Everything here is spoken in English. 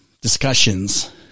discussions